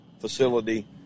facility